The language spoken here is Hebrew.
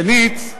שנית,